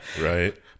Right